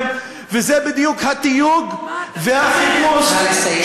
מה אתה מיתמם?